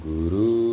Guru